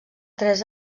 tres